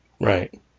Right